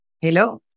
Hello